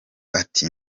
ati